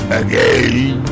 again